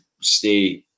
stay